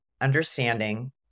understanding